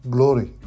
Glory